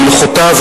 בהלכותיו,